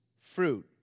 fruit